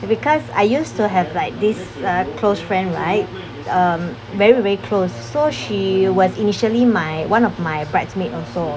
because I used to have like this uh close friend right um very very close so she was initially my one of my bridesmaid also